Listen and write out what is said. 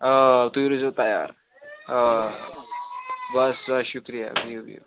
آ تُہۍ روٗززیٚو تیار آ بس حظ شُکریہ بِہِو بِہِو